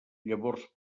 llavors